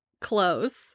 Close